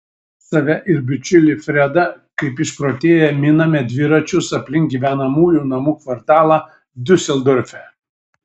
save ir bičiulį fredą kaip išprotėję miname dviračius aplink gyvenamųjų namų kvartalą diuseldorfe